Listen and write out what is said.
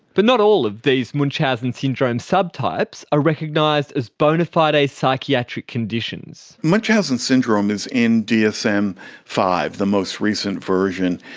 but not all of these munchausen syndrome subtypes are recognised as bona fide psychiatric conditions. munchausen syndrome is in d s m five, the most recent version,